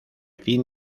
fin